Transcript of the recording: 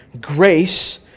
grace